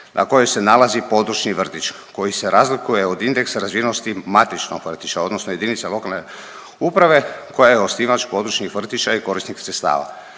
na kojoj se nalazi područni vrtić koji se razlikuje od indeksa razvijenosti matičnog vrtića, odnosno jedinice lokalne uprave koja je osnivač područnih vrtića i korisnik sredstava.